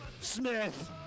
Smith